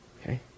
okay